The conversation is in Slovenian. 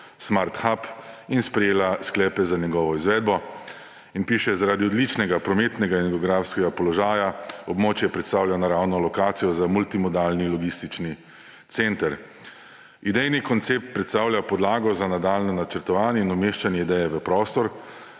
Smart Hub in sprejela sklepe za njegovo izvedbo«. In piše, »Zaradi odličnega prometnega in geografskega položaja območje predstavlja naravno lokacijo za multimodalni logistični center. Idejni koncept predstavlja podlago za nadaljnje načrtovanje in umeščanje ideje v prostor.